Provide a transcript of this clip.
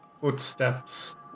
Footsteps